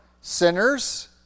sinners